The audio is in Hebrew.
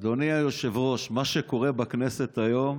אדוני היושב-ראש, מה שקורה בכנסת היום